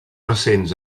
recents